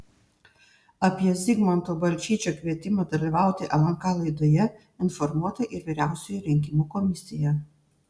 apie zigmanto balčyčio kvietimą dalyvauti lnk laidoje informuota ir vyriausioji rinkimų komisija